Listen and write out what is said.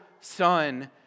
Son